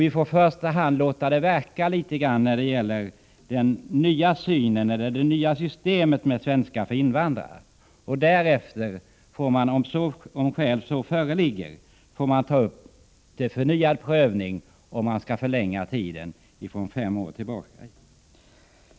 Vi får nu låta det nya systemet med undervisning i svenska för invandrare verka en tid. Därefter får vi, om skäl därtill föreligger, till förnyad prövning ta upp frågan om tiden skall förlängas.